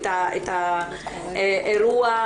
האירוע.